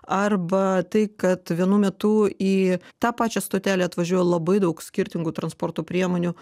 arba tai kad vienu metu į tą pačią stotelę atvažiuoja labai daug skirtingų transporto priemonių